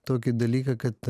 tokį dalyką kad